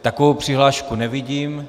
Takovou přihlášku nevidím.